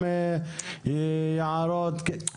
גם יערות.